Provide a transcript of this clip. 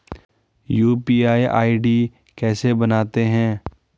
UPI ID कैसे बनाते हैं?